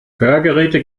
hörgeräte